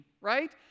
right